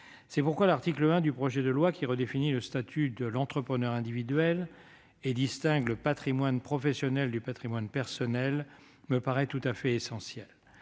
C'est pourquoi l'article 1 du projet de loi, qui redéfinit le statut de l'entrepreneur individuel et distingue le patrimoine professionnel du patrimoine personnel, me paraît tout à fait essentiel.